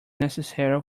necessary